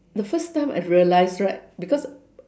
the first time I realised right because